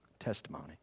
testimony